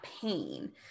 pain